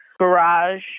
garage